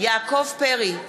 יעקב פרי,